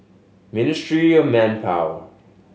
Ministry of Manpower